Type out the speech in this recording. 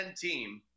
team